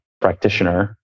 practitioner